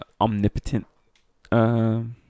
omnipotent